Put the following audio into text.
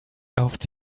erhofft